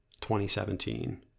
2017